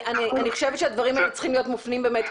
אני חושבת שהדברים האלה צריכים להיות מופנים באמת,